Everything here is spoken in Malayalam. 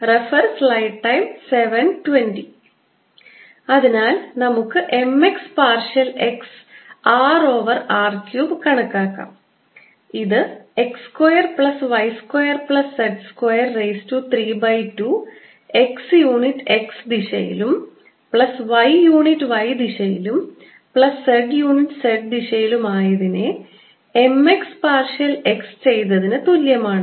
mx∂xmy∂ymz∂z അതിനാൽ നമുക്ക് m x partial x r over r cube കണക്കാക്കാം ഇത് x square plus y square plus z square raise to 3 2 x unit x ദിശയിലും പ്ലസ് y യൂണിറ്റ് y ദിശയിലും പ്ലസ് z യൂണിറ്റ് z ദിശയിലും ആയതിനെ m x പാർഷ്യൽ x ചെയ്തതിനു തുല്യമാണ്